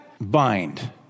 bind